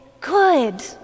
good